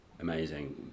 Amazing